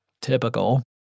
typical